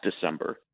December